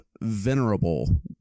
venerable